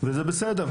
וזה בסדר.